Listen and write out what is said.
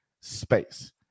space